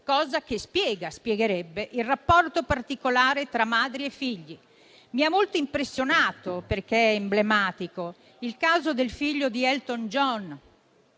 cosa che spiegherebbe il rapporto particolare tra madri e figli. Mi ha molto impressionato, perché è emblematico, il caso del figlio di Elton John,